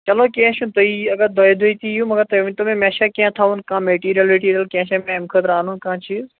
چلو کیٚنہہ چھُنہٕ تُہۍ یِیو اگر دۄیہِ دوہٕے تہِ یِیو مگر تُہۍ ؤنۍ تَو مےٚ مےٚ چھا کیٚنہہ تھاوُن کیٚنہہ مِٹیٖریل وِٹیٖریل کیٚنہہ چھا مےٚ أمۍ خٲطرٕ اَنُن کانٛہہ چیٖز